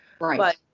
Right